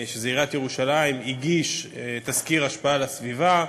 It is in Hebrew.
שזה עיריית ירושלים, הגיש תסקיר השפעה על הסביבה.